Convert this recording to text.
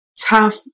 tough